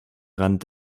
rand